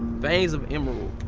veins of emerald.